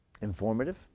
informative